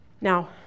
Now